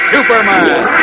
Superman